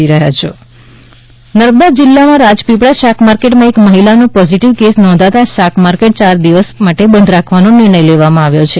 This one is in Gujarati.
નર્મદા શાકમાર્કેટ નર્મદા જીલ્લામાં રાજપીપળા શાક માર્કેટમાં એક મહિલાનો પોઝીટીવ કેસ નોંધાતા શાકમાર્કેટ ચાર દિવસ બંધ રાખવાનો નિર્ણય લેવામાં આવ્યો છે